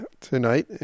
tonight